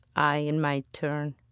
i, in my turn,